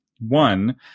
One